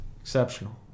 Exceptional